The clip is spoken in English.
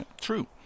True